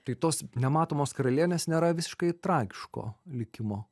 tai tos nematomos karalienės nėra visiškai tragiško likimo